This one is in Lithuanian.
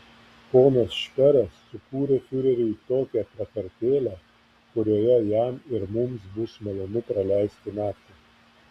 ponas šperas sukūrė fiureriui tokią prakartėlę kurioje jam ir mums bus malonu praleisti naktį